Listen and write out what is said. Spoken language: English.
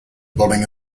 building